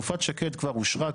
חלופת שקד כבר אושרה.